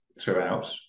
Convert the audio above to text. throughout